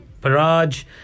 Paraj